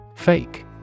Fake